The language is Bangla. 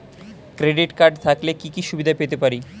ক্রেডিট কার্ড থাকলে কি কি সুবিধা পেতে পারি?